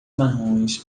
marrons